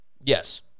yes